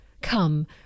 come